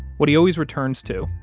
what he always returns to,